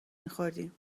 میخوردیم